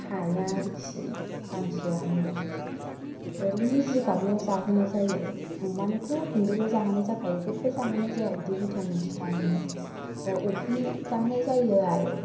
थाया आरोखि गांसोआनो ओरैनो जिगाबल' जाहोनाय जायो अमानोथ' गुन्दैल' जाहोनाय जाखायो जेबबो जाहोनाय जाया बिदि भिटामिन थिथामिन ओमफ्राय अफ्रि जाहोनाय जायो आरो